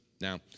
Now